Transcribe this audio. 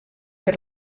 per